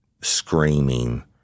screaming